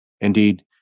Indeed